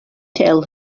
tell